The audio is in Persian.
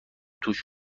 توش